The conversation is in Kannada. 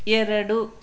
ಎರಡು